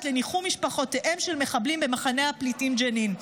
לניחום משפחותיהם של מחבלים במחנה הפליטים ג'נין.